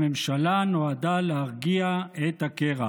הממשלה נועדה להרגיע את הקרע"